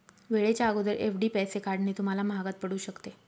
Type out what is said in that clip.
वेळेच्या अगोदर एफ.डी पैसे काढणे तुम्हाला महागात पडू शकते